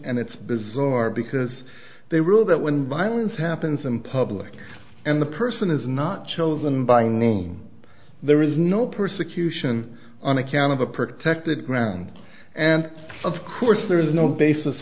and it's bizarre because they rule that when violence happens in public and the person is not chosen by noam there is no persecution on account of a protected ground and of course there is no basis